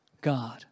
God